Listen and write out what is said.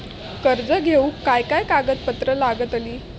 कर्ज घेऊक काय काय कागदपत्र लागतली?